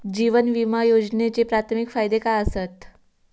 जीवन विमा योजनेचे प्राथमिक फायदे काय आसत?